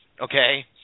okay